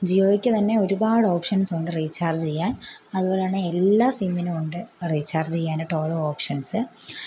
ജിയോക്ക് തന്നെ ഒരുപാട് ഓപ്ഷൻസൊണ്ട് റീചാർജ് ചെയ്യാൻ അതുപോലെന്നെ എല്ലാ സിമ്മിനുവൊണ്ട് റീചാർജ് ചെയ്യാനായിട്ട് ഓരോ ഓപ്ഷൻസ്